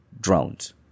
drones